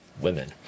women